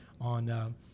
on